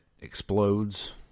explodes